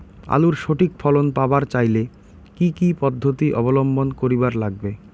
আলুর সঠিক ফলন পাবার চাইলে কি কি পদ্ধতি অবলম্বন করিবার লাগবে?